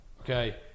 Okay